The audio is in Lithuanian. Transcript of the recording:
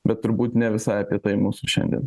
bet turbūt ne visai apie tai mūsų šiandien